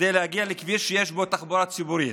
כדי להגיע לכביש שיש בו תחבורה ציבורית,